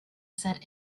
set